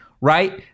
right